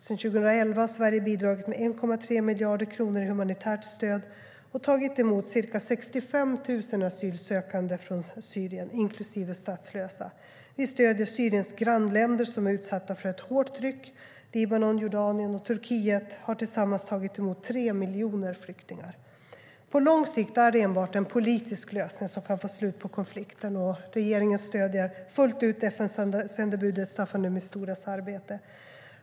Sedan 2011 har Sverige bidragit med 1,3 miljarder kronor i humanitärt stöd och tagit emot ca 65 000 asylsökande från Syrien, inklusive statslösa. Vi stöder Syriens grannländer, som är utsatta för ett hårt tryck. Libanon, Jordanien och Turkiet har tillsammans tagit emot 3 miljoner flyktingar. På lång sikt är det enbart en politisk lösning som kan få slut på konflikten. Regeringen stöder fullt ut FN-sändebudet Staffan de Misturas arbete.